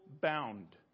bound